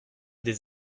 des